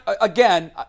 again